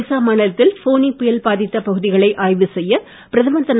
ஒடிசா மாநிலத்தில் ஃபோனி புயல் பாதித்த பகுதிகளை ஆய்வு செய்ய பிரதமர் திரு